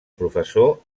professor